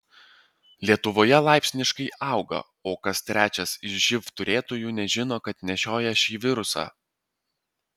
lietuvoje laipsniškai auga o kas trečias iš živ turėtojų nežino kad nešioja šį virusą